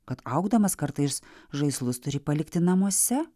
kad augdamas kartais žaislus turi palikti namuose